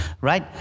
right